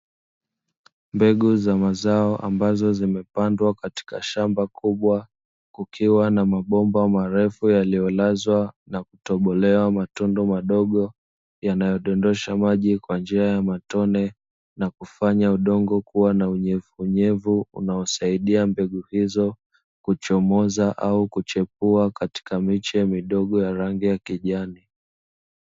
Mbegu za mazao ambazo zimepandwa katika shamba kubwa kukiwa na mabomba marefu, yaliyolazwa na kutobolewa matundu madogo yanayodondosha maji kwa njia ya matone na kufanya udongo kuwa na unyevunyevu unaosaidia mbegu hizo kuchomoza au kuchipua katika miche midogo ya rangi ya kijani.